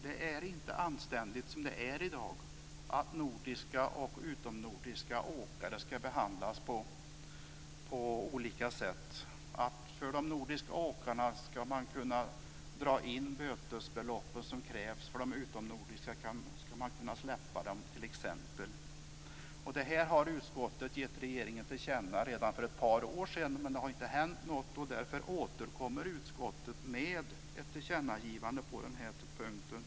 Det är inte anständigt som det är i dag, att nordiska och utomnordiska åkare behandlas på olika sätt. För de nordiska åkarna kan man kräva in bötesbeloppen medan de utomnordiska åkarna kan slippa undan. Detta har utskottet gett regeringen till känna redan för ett par år sedan, men det har inte hänt något. Därför återkommer utskottet med ett tillkännagivande på den här punkten.